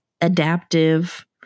adaptive